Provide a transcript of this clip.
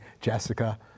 Jessica